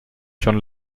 schon